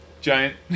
giant